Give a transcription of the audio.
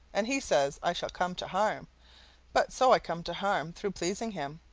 and he says i shall come to harm but so i come to harm through pleasing him,